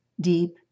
deep